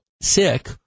sick